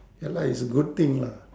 ya lah it's good thing lah